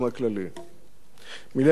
מילאנו תפקידים משלימים,